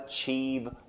achieve